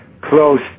close